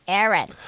Aaron